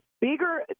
bigger